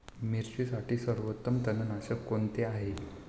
मिरचीसाठी सर्वोत्तम तणनाशक कोणते आहे?